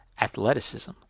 athleticism